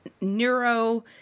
neuro